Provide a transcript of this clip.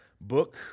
book